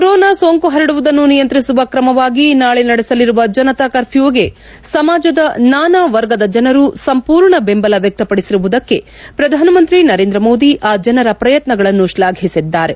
corona ಸೋಂಕು ಪರಡುವುದನ್ನು ನಿಯಂತ್ರಿಸುವ ತ್ರಮವಾಗಿ ನಾಳೆ ನಡೆಸಲಿರುವ ಜನತಾ ಕರ್ಘ್ಯೂಗೆ ಸಮಾಜದ ನಾನಾ ವರ್ಗದ ಜನರು ಸಂಪೂರ್ಣ ಬೆಂಬಲ ವ್ಯಕ್ತಪಡಿಸಿರುವುದಕ್ಕೆ ಪ್ರಧಾನಮಂತ್ರಿ ನರೇಂದ್ರ ಮೋದಿ ಆ ಜನರ ಪ್ರಯತ್ನಗಳನ್ನು ಶ್ಲಾಫಿಸಿದ್ದಾರೆ